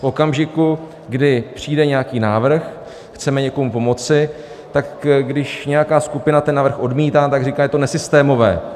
V okamžiku, kdy přijde nějaký návrh, chceme někomu pomoci, tak když nějaká skupina ten návrh odmítá, říká, že je to nesystémové.